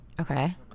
Okay